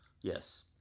Yes